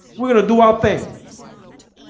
we're gonna do our thing